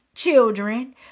children